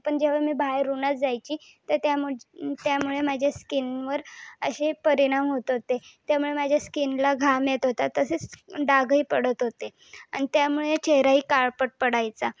पण जेव्हा मी बाहेर उन्हात जायचे तर त्याम त्यामुळे माझ्या स्किनवर असे परिणाम होत होते त्यामुळे माझ्या स्किनला घाम येत होता तसेच डागही पडत होते आणि त्यामुळे चेहराही काळपट पडायचा